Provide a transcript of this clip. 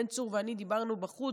בן צור ואני דיברנו בחוץ,